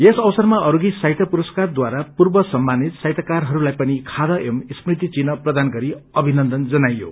यस अवसरमा अरूगि साहितय पुरस्कार द्वारा पूर्व सम्मानित साहित्यकारहरूलाई पनि खादा एव स्मृति चिन्ह प्रदान गरि अभिनन्दन जनाइयो